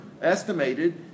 estimated